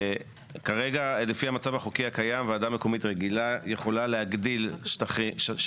כרגע לפי המצב החוקי הקיים ועדה מקומית רגילה יכולה להגדיל שטח